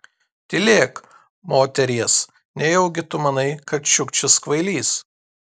tylėk moteries nejaugi tu manai kad čiukčis kvailys